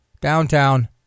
downtown